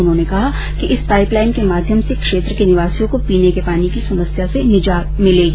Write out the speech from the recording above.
उन्होंने कहा कि इस पाईप लाईन के माध्यम से क्षेत्र के निवासियों को पीने के पानी की समस्या से निजात मिलेगी